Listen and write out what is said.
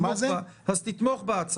אתה תתמוך בה?